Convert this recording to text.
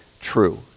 true